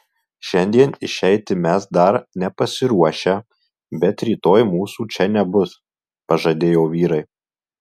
šiandien išeiti mes dar nepasiruošę bet rytoj mūsų čia nebus pažadėjo vyrai